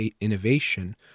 innovation